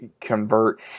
convert